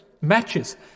Matches